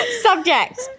Subject